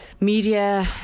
media